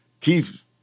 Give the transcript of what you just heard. Keith